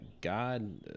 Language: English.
God